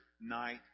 night